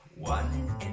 One